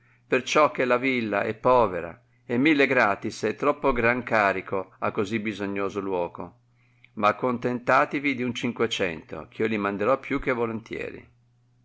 gravezza perciò che la villa è povera e mille gratis è troppo gran carico a cosi bisognoso luoco ma accontentativi di un cinquecento eh io li manderò piìi che volontieri